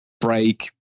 break